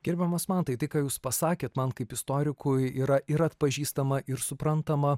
gerbiamas mantai tai ką jūs pasakėt man kaip istorikui yra ir atpažįstama ir suprantama